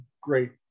great